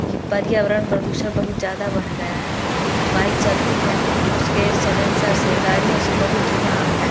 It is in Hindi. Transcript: ये पर्यावरण प्रदूषण बहुत ज़्यादा बढ़ गया है बाइक चलती है उसके सलेंसर से गाड़ियों से बहुत धुँआ आता है